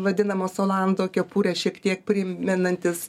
vadinamas olando kepurė šiek tiek primenantis